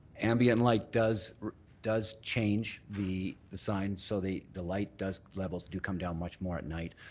ambient light does does change the the sign so the the light does levels do come down much more at night.